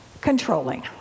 Controlling